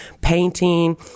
painting